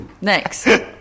Next